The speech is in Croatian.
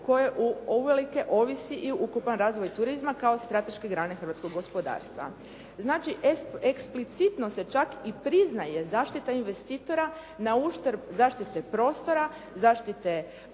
koje uvelike ovisi i ukupan razvoj turizma kao strateške grane hrvatskog gospodarstva. Znači eksplicitno se čak i priznaje zaštita investitora na uštrb zaštite prostora, zaštite